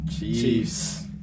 Chiefs